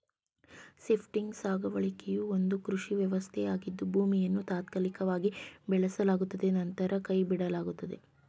shifting ಸಾಗುವಳಿಯು ಒಂದು ಕೃಷಿ ವ್ಯವಸ್ಥೆಯಾಗಿದ್ದು ಭೂಮಿಯನ್ನು ತಾತ್ಕಾಲಿಕವಾಗಿ ಬೆಳೆಸಲಾಗುತ್ತದೆ ನಂತರ ಕೈಬಿಡಲಾಗುತ್ತದೆ